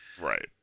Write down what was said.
right